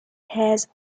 has